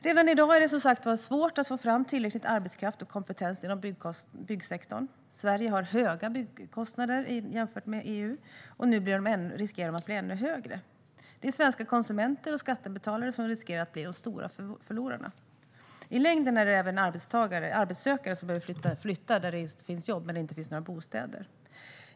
Redan i dag är det som sagt svårt att få fram tillräcklig arbetskraft och kompetens inom byggsektorn. Sverige har höga byggkostnader jämfört med övriga EU, och nu riskerar de att bli ännu högre. Det är svenska konsumenter och skattebetalare som riskerar att bli de stora förlorarna. I längden gäller det även arbetstagare och arbetssökande, som behöver flytta dit det finns jobb men inga bostäder.